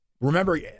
Remember